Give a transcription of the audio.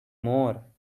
more